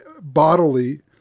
bodily